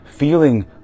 feeling